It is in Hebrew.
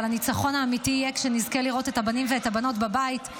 אבל הניצחון האמיתי יהיה שנזכה לראות את הבנים ואת הבנות בבית.